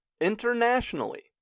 Internationally